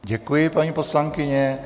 Děkuji, paní poslankyně.